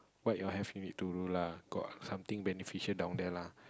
what you have need to do lah got something beneficial down there lah